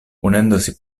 unendosi